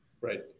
Right